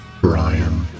Brian